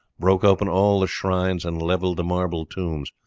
broke open all the shrines and levelled the marble tombs,